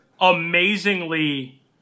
amazingly